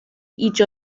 each